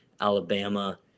Alabama